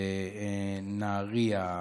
בנהריה,